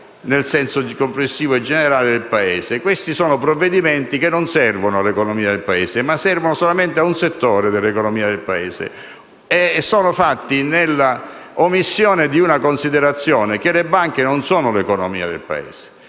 nel senso complessivo e generale del Paese. Questi sono provvedimenti che servono non all'economia del Paese, ma solamente a un settore, e sono fatti nella omissione di una considerazione: le banche non sono l'economia del Paese,